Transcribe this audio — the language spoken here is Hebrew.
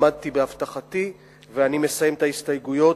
עמדתי בהבטחתי ואני מסיים את הנמקת ההסתייגויות.